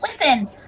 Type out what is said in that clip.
listen